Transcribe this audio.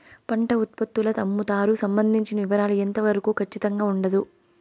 పంట ఉత్పత్తుల అమ్ముతారు సంబంధించిన వివరాలు ఎంత వరకు ఖచ్చితంగా ఉండదు?